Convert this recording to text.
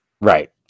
Right